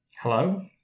Hello